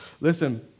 Listen